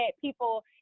people